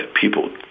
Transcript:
people